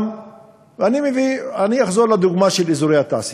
אני אחזור לדוגמה של אזורי התעשייה,